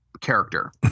character